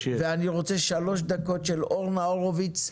אני רוצה 3 דקות של אורנה הורוביץ,